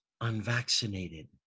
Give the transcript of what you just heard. unvaccinated